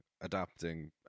adapting